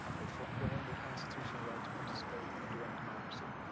or for going their constitutional right to participate and direct democracy.